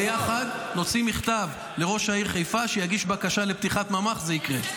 ביחד נוציא מכתב לראש העיר חיפה שיגיש בקשה לפתיחת ממ"ח וזה יקרה.